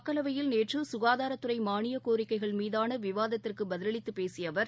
மக்களவையில் நேற்று சுகாதாரத்துறைமானியக் கோரிக்கைகள் மீதானவிவாதத்திற்குபதிலளித்துப் பேசியஅவர்